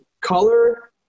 Color